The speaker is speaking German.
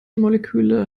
moleküle